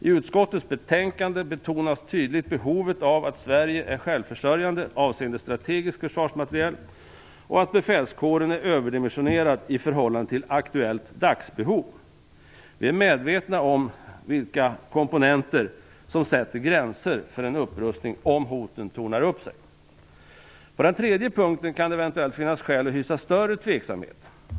I utskottets betänkande betonas tydligt behovet av att Sverige skall vara självförsörjande avseende strategisk försvarsmateriel och att befälskåren skall vara överdimensionerad i förhållande till aktuellt dagsbehov. Vi är medvetna om vilka komponenter som sätter gränser för en upprustning, om hoten tornar upp sig. På den tredje punkten kan det eventuellt finnas skäl att hysa större tveksamhet.